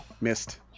Missed